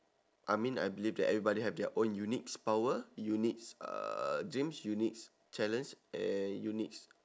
I mean I believe that everybody have their own unique power unique uh dreams unique challenge and unique